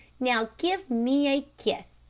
now, give me a kiss.